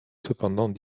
cependant